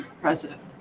president